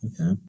Okay